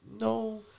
no